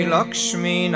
Lakshmi